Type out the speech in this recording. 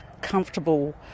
comfortable